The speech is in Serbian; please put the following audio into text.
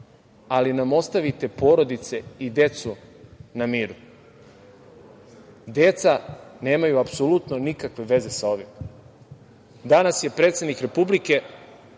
ali nam ostavite porodice i decu na miru. Deca nemaju apsolutno nikakve veze sa ovim. Danas je predsednik Republike,